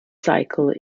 cycle